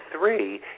three